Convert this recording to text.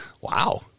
Wow